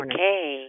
Okay